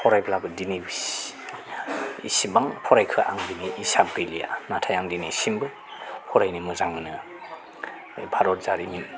फरायब्लाबो दिनै बेसेबां फरायखो आं बिनि हिसाब गैलिया नाथाय आं दिनैसिमबो फरायनो मोजां मोनो भारत जारिमिन